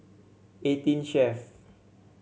Eighteen Chef